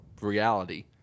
reality